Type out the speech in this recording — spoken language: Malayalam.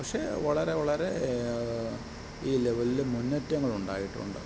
പക്ഷെ വളരെ വളരെ ഈ ലെവലിൽ മുന്നേറ്റങ്ങളുണ്ടായിട്ടുണ്ട്